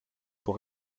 pour